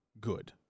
good